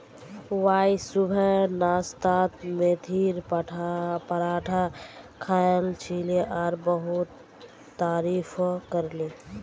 Y सुबह नाश्तात मेथीर पराठा खायाल छिले और बहुत तारीफो करले